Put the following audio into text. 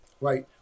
Right